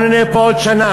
אנחנו נהיה פה עוד שנה.